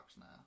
now